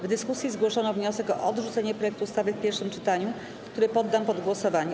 W dyskusji zgłoszono wniosek o odrzucenie projektu ustawy w pierwszym czytaniu, który poddam pod głosowanie.